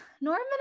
Norman